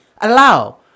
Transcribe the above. allow